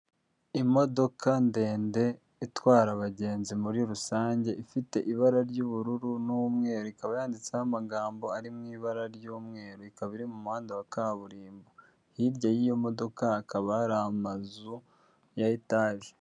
Imodoka ndende itwara abagenzi muri rusange ifite ibara ry'ubururu n'umweru, ikaba yanditseho amagambo ari mu ibara ry'umweru, ikaba iri mu muhanda wa kaburimbo. Hirya y'iyo modoka akaba hari amazu ya etage.